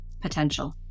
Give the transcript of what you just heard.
potential